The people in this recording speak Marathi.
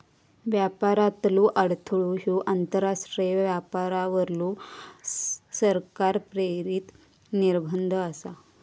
व्यापारातलो अडथळो ह्यो आंतरराष्ट्रीय व्यापारावरलो सरकार प्रेरित निर्बंध आसा